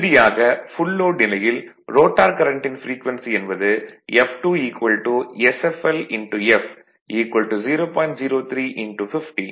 இறுதியாக full load நிலையில் rotor கரண்ட்டின் ப்ரீக்வென்சி என்பது f2 sflf 0